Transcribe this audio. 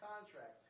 contract